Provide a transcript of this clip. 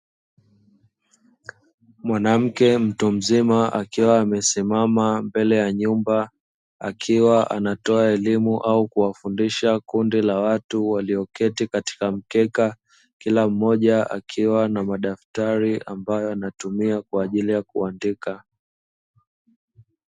Mwanamke mtu mzima akiwa amesimama mbele ya nyumba akiwa anatoa elimu au kuwafundisha kundi la watu walioketi katika mkeka, kila mmoja akiwa na madaftari ambayo anatumia kwaajili ya kuandika.